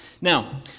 Now